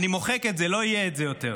אני מוחק את זה, לא יהיה את זה יותר.